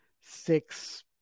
six